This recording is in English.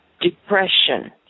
Depression